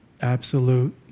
absolute